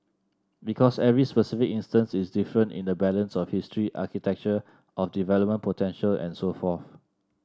because every specific instance is different in the balance of history architecture of development potential and so forth